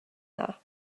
dda